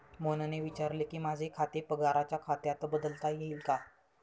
मोहनने विचारले की, माझे खाते पगाराच्या खात्यात बदलता येईल का